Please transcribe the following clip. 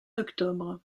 octobre